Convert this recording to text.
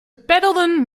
peddelden